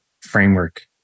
framework